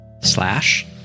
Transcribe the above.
slash